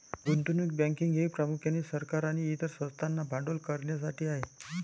गुंतवणूक बँकिंग हे प्रामुख्याने सरकार आणि इतर संस्थांना भांडवल करण्यासाठी आहे